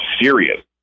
serious